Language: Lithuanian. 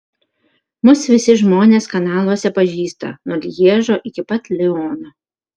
mus visi žmonės kanaluose pažįsta nuo lježo iki pat liono